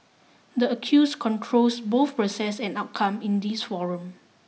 the accused controls both process and outcome in this forum